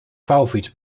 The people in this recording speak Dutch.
vouwfiets